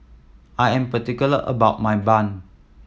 I am particular about my bun